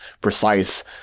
precise